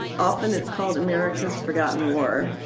often it's called america's forgotten war.